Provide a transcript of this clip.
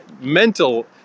mental